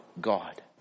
God